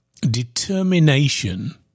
determination